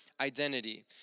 identity